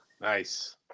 Nice